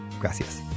gracias